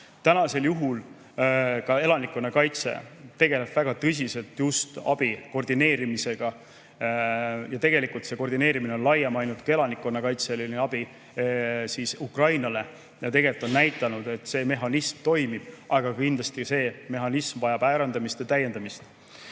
Tänasel juhul ka elanikkonnakaitse tegeleb väga tõsiselt just abi koordineerimisega. Ja see koordineerimine on laiem kui ainult elanikkonnakaitseline abi Ukrainale. Tegelikult on see näidanud, et see mehhanism toimib, aga kindlasti see mehhanism vajab parandamist ja täiendamist.